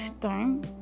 time